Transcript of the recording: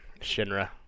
Shinra